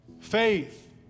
Faith